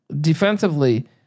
defensively